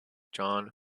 john